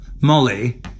Molly